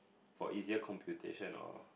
for easier computation or